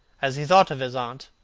as he thought of his aunt,